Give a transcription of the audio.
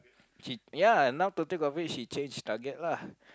she ya now to think of it she change target lah